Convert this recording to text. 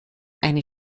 eine